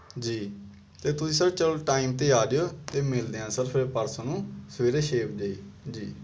ਜੀ ਅਤੇ ਤੁਸੀਂ ਸਰ ਚਲੋ ਟਾਈਮ 'ਤੇ ਆ ਜਾਇਓ ਅਤੇ ਮਿਲਦੇ ਆ ਸਰ ਫਿਰ ਪਰਸੋਂ ਨੂੰ ਸਵੇਰੇ ਛੇ ਵਜੇ ਜੀ